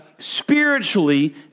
Spiritually